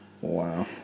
Wow